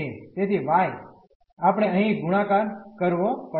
તેથી y આપણે અહીં ગુણાકાર કરવો પડશે